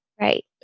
Right